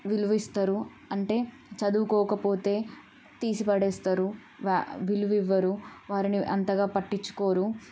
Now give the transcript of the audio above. విలువిస్తారు అంటే చదువుకోకపోతే తీసి పడేస్తారు వ్య విలువివ్వరు వారిని అంతగా పట్టిచ్చుకోరు